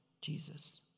Jesus